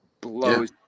blows